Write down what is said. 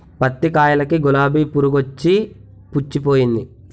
పత్తి కాయలకి గులాబి పురుగొచ్చి పుచ్చిపోయింది